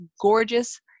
gorgeous